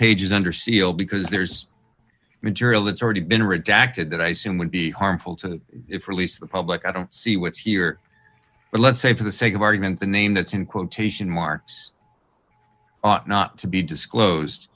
page is under seal because there's material that's already been redacted that i seen would be harmful to release the public i don't see what's here but let's say for the sake of argument the name that's in quotation marks ought not to be disclosed